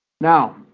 Now